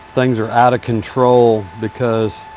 things are out of control because